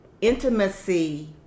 intimacy